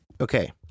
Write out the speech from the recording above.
Okay